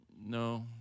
no